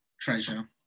treasure